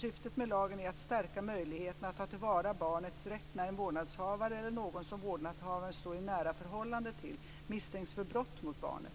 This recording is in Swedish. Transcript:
Syftet med lagen är att stärka möjligheterna att ta till vara barnets rätt när en vårdnadshavare eller någon som vårdnadshavaren står i ett nära förhållande till misstänks för brott mot barnet.